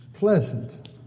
Pleasant